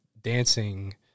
dancing